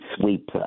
sweep